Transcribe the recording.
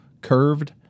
Curved